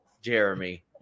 Jeremy